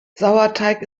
sauerteig